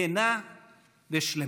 כנה ושלמה.